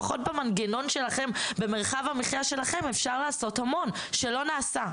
לפחות במנגנון שלכם במרחב המחיה שלכם אפשר לעשות המון שלא נעשה.